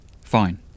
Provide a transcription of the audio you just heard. Fine